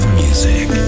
music